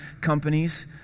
companies